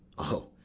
o,